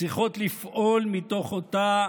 צריכות לפעול מתוך אותה